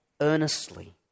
earnestly